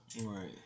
Right